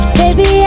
baby